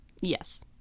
Yes